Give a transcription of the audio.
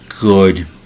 good